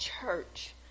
church